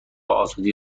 آزادی